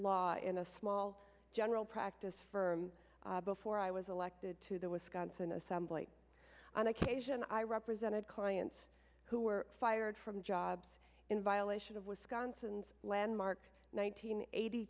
law in a small general practice firm before i was elected to the wisconsin assembly on occasion i represented clients who were fired from jobs in violation of wisconsin's landmark one nine hundred eighty